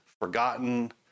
forgotten